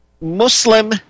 Muslim